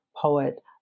poet